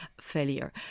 failure